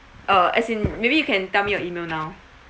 uh as in maybe you can tell me your email now